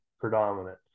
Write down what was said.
predominant